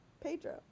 Pedro